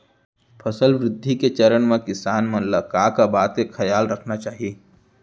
फसल वृद्धि के चरण म किसान मन ला का का बात के खयाल रखना चाही?